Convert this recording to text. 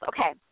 Okay